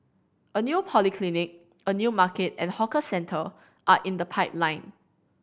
a new polyclinic a new market and hawker centre are in the pipeline